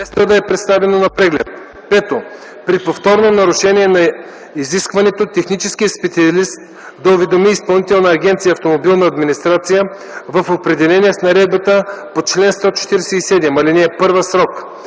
5. при повторно нарушение на изискването техническият специалист да уведоми Изпълнителна агенция „Автомобилна администрация” в определения с наредбата по чл. 147, ал. 1 срок,